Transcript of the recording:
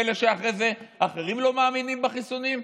פלא שאחרי זה אחרים לא מאמינים בחיסונים?